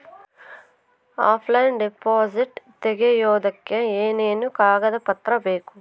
Offline deposit ತೆಗಿಯೋದಕ್ಕೆ ಏನೇನು ಕಾಗದ ಪತ್ರ ಬೇಕು?